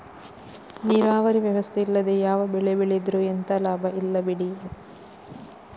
ನೀರಾವರಿ ವ್ಯವಸ್ಥೆ ಇಲ್ಲದೆ ಯಾವ ಬೆಳೆ ಬೆಳೆದ್ರೂ ಎಂತ ಲಾಭ ಇಲ್ಲ ಬಿಡಿ